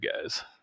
guys